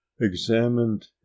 examined